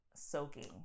soaking